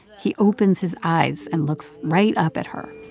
he opens his eyes and looks right up at her